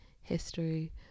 history